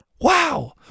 Wow